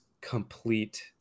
complete